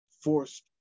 forced